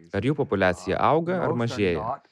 ar jų populiacija auga ar mažėja